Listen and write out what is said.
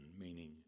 meaning